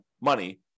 money